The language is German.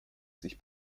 sich